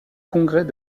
congrès